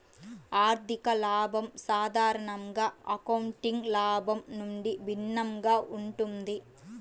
ఆర్థిక లాభం సాధారణంగా అకౌంటింగ్ లాభం నుండి భిన్నంగా ఉంటుంది